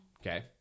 Okay